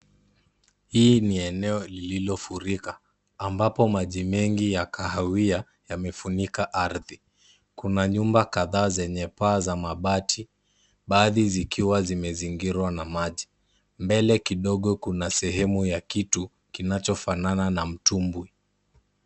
Hii ni eneo lililofurika ambapo maji mengi ya kahawia yamefunika ardhi. Kuna nyumba kadhaa zenye paa za mabati. Baadhi zikiwa zimezingirwa na maji. Mbele kidogo kuna sehemu ya kitu kinachofanana na mtumbwi.